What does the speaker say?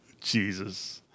jesus